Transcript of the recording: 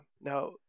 Now